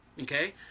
okay